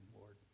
Lord